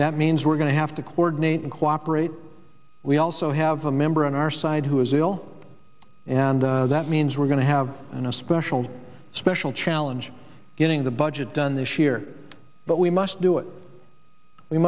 that means we're going to have to coordinate and cooperate we also have a member on our side who is ill and that means we're going to have an especial special challenge getting the budget done this year but we must do it we